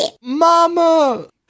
Mama